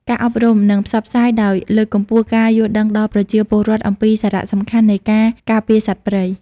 ការអប់រំ និងផ្សព្វផ្សាយដោយ លើកកម្ពស់ការយល់ដឹងដល់ប្រជាពលរដ្ឋអំពីសារៈសំខាន់នៃការការពារសត្វព្រៃ។